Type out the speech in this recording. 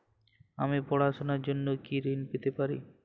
আমি পড়াশুনার জন্য কি ঋন পেতে পারি?